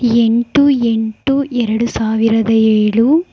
ಎಂಟು ಎಂಟು ಎರಡು ಸಾವಿರದ ಏಳು